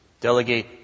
Delegate